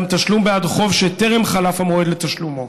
גם תשלום בעד חוב שטרם חלף המועד לתשלומו.